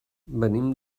venim